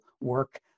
work